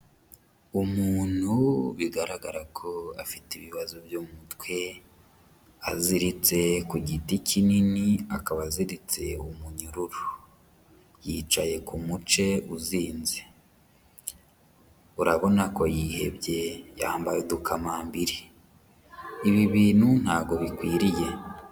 Umuntu bigaragara ko afite ibibazo byo mu mutwe, aziritse ku giti kinini akaba aziritse umunyururu, yicaye ku muce uzinze, urabona ko yihebye yambaye udukamambiri, ibi bintu ntabwo bikwiriye.